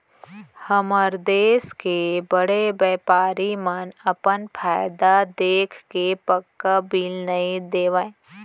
हमर देस के बड़े बैपारी मन अपन फायदा देखके पक्का बिल नइ देवय